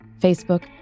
Facebook